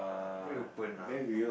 very open lah